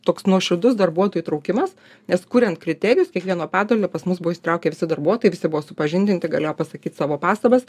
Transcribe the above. toks nuoširdus darbuotojų įtraukimas nes kuriant kriterijus kiekvieno padalinio pas mus buvo įsitraukę visi darbuotojai visi buvo supažindinti galėjo pasakyt savo pastabas